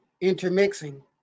intermixing